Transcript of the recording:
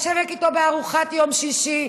לשבת איתו בארוחת יום שישי.